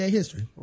history